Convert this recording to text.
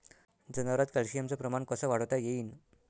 जनावरात कॅल्शियमचं प्रमान कस वाढवता येईन?